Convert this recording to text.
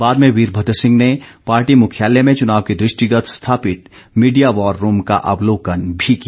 बाद में वीरभद्र सिंह ने पार्टी मुख्यालय में चुनाव के दृष्टिगत स्थापित मीडिया वार रूम का अवलोकन भी किया